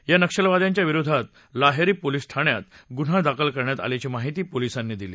या नक्षलवाद्यांच्या विरोधात लाहेरी उपपोलिस ठाण्यात गुन्हा दाखल करण्यात आल्याची माहिती पोलिसांनी दिली